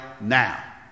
now